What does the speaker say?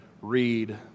read